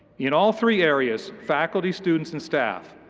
in all three areas, faculty, students and staff,